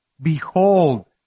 Behold